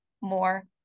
more